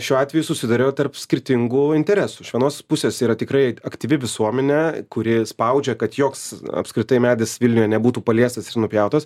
šiuo atveju susiduria tarp skirtingų interesų iš vienos pusės yra tikrai aktyvi visuomenė kuri spaudžia kad joks apskritai medis vilniuje nebūtų paliestas ir nupjautas